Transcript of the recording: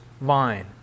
vine